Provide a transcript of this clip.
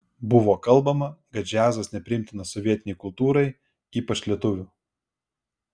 buvo kalbama kad džiazas nepriimtinas sovietinei kultūrai ypač lietuvių